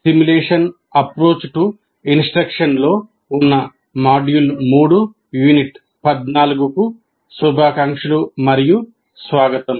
simulation approach to ఇన్స్ట్రక్షన్లో ఉన్న module 3 unit 14 కు శుభాకాంక్షలు మరియు స్వాగతం